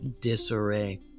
disarray